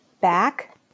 back